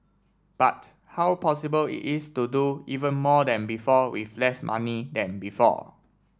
but how possible is it to do even more than before with less money than before